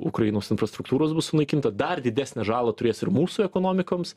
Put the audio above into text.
ukrainos infrastruktūros bus sunaikinta dar didesnę žalą turės ir mūsų ekonomikoms